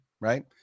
right